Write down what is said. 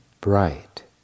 bright